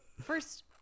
first